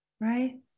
Right